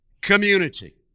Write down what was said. community